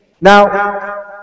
Now